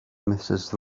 mrs